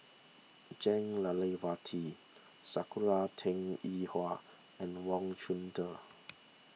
Jah Lelawati Sakura Teng Ying Hua and Wang Chunde